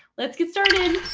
let's get started.